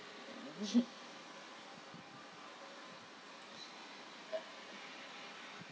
mmhmm